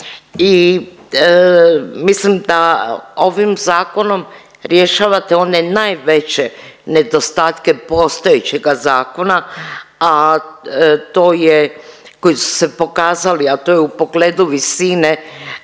i mislim da ovim zakonom rješavate one najveće nedostatke postojećeg zakona, a to je koji su se pokazali, a to je u pogledu visine